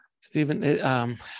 Stephen